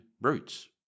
brutes